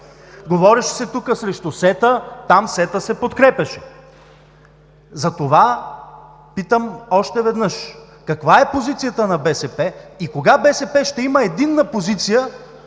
Говореше се тук срещу СЕТА, там СЕТА се подкрепяше. Затова питам още веднъж: каква е позицията на БСП и кога БСП ще има единна позиция,